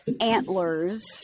antlers